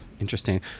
Interesting